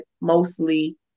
mostly